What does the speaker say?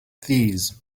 these